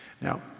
Now